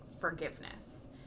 forgiveness